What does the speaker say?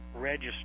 register